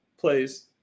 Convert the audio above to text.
plays